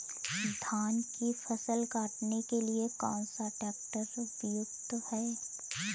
धान की फसल काटने के लिए कौन सा ट्रैक्टर उपयुक्त है?